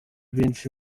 benshi